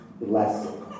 blessing